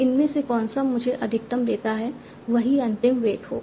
इनमें से कौन सा मुझे अधिकतम देता है वही अंतिम वेट होगा